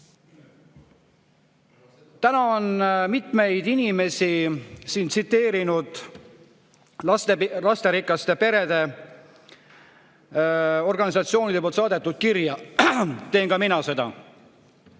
on mitmed inimesed siin tsiteerinud lasterikaste perede organisatsioonide saadetud kirja. Teen ka mina seda.